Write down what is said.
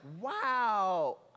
wow